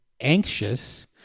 anxious